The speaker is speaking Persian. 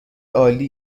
عالی